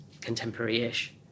contemporary-ish